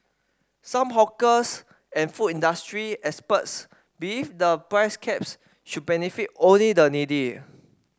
some hawkers and food industry experts believe the price caps should benefit only the needy